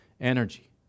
energy